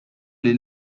les